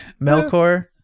Melkor